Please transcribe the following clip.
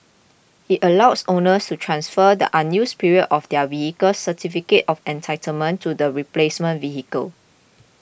it allows owners to transfer the unused period of their vehicle's certificate of entitlement to the replacement vehicle